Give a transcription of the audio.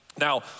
Now